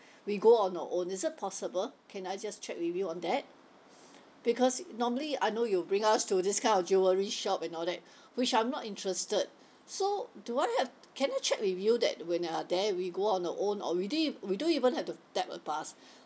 we go on our own is it possible can I just check with you on that because normally I know you'll bring us to this kind of jewellery shop and all that which I'm not interested so do I have can I check with you that when we're then we go on our own or we don't ev~ we don't even have to take a bus